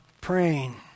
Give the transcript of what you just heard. praying